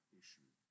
issue